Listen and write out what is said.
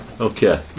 Okay